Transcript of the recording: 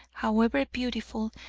however beautiful,